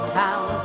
town